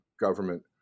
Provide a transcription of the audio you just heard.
government